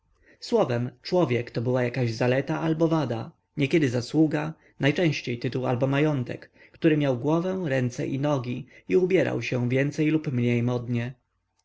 słowem człowiek była to jakaś zaleta albo wada niekiedy zasługa najczęściej tytuł lub majątek który miał głowę ręce i nogi i ubierał się więcej albo mniej modnie